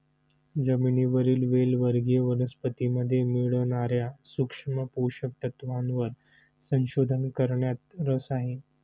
जमिनीवरील वेल वर्गीय वनस्पतीमध्ये मिळणार्या सूक्ष्म पोषक तत्वांवर संशोधन करण्यात रस आहे